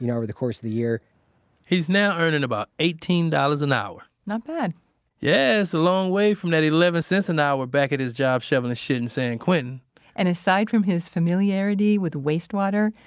and over the course of the year he's now earning about eighteen dollars an hour not bad yeah, it's a long way from that eleven cents an hour back at his job shoveling shit in san quentin and aside from his familiarity with wastewater,